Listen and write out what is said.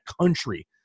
country